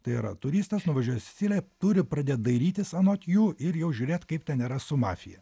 tai yra turistas nuvažiuoja į siciliją turi pradėt dairytis anot jų ir jau žiūrėti kaip tai yra su mafija